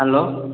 hello